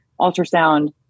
ultrasound